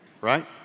Right